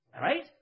Right